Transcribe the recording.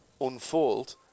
unfold